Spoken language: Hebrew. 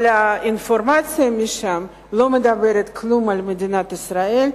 אבל האינפורמציה משם לא אומרת כלום על מדינת ישראל,